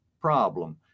problem